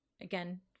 again